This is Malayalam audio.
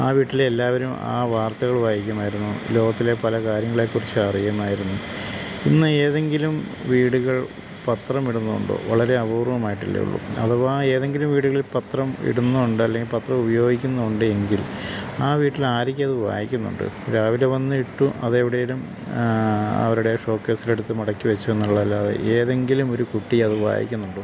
ആ വീട്ടിലെ എല്ലാവരും ആ വാർത്തകൾ വായിക്കുമായിരുന്നു ലോകത്തിലെ പല കാര്യങ്ങളെക്കുറിച്ച് അറിയുമായിരുന്നു ഇന്ന് ഏതെങ്കിലും വീടുകളില് പത്രം ഇടുന്നുണ്ടോ വളരെ അപൂർവമായിട്ടല്ലേ ഉള്ളു അഥവാ ഏതെങ്കിലും വീടുകളിൽ പത്രം ഇടുന്നുണ്ട് അല്ലെങ്കില് പത്രം ഉപയോഗിക്കുന്നുണ്ട് എങ്കിൽ ആ വീട്ടിൽ ആരൊക്കെ അതു വായിക്കുന്നുണ്ട് രാവിലെ വന്ന് ഇട്ടു അതെവിടേലും അവരുടെ ഷോ കേസിലെടുത്തു മടക്കിവച്ചു എന്നുള്ളതല്ലാതെ ഏതെങ്കിലും ഒരു കുട്ടി അതു വായിക്കുന്നുണ്ടോ